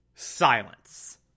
Silence